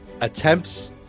attempts